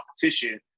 competition